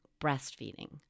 breastfeeding